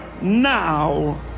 now